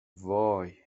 وای